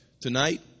tonight